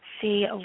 see